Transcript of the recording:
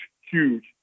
huge